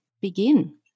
begin